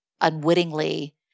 unwittingly